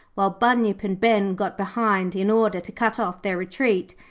while bunyip and ben got behind in order to cut off their retreat.